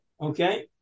Okay